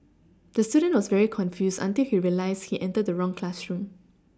the student was very confused until he realised he entered the wrong classroom